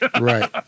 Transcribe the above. Right